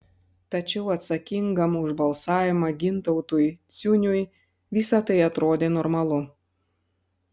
tačiau atsakingam už balsavimą gintautui ciuniui visa tai atrodė normalu